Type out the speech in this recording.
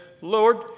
Lord